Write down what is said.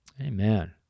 Amen